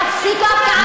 תפסיקו הפקעת אדמות,